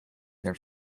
their